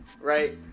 right